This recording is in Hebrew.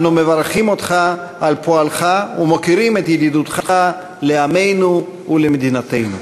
אנו מברכים אותך על פועלך ומוקירים את ידידותך לעמנו ולמדינתנו.